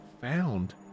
found